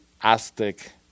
Aztec